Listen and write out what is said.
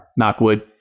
Knockwood